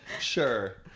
Sure